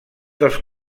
dels